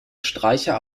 streicher